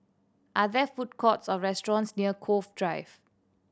are there food courts or restaurants near Cove Drive